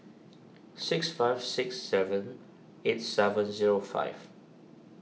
six five six seven eight seven zero five